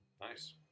Nice